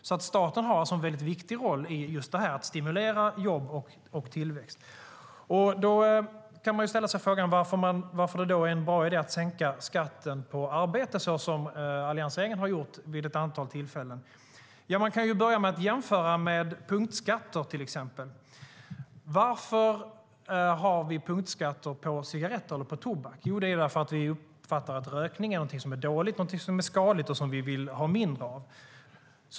Staten har alltså en viktig roll i just detta att stimulera jobb och tillväxt. Då kan man ställa sig frågan varför det är en bra idé att sänka skatten på arbete, som alliansregeringen har gjort vid ett antal tillfällen. Man kan börja med att jämföra med till exempel punktskatter. Varför har vi punktskatt på tobak? Jo, därför att vi uppfattar att rökning är något som är dåligt och skadligt och som vi vill ha mindre av.